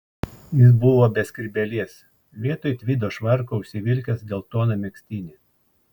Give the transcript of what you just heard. jis buvo be skrybėlės vietoj tvido švarko užsivilkęs geltoną megztinį